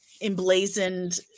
emblazoned